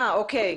אוקיי.